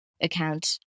account